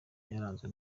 yaranzwe